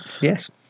yes